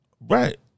Right